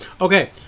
Okay